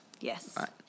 Yes